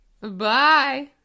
Bye